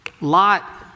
Lot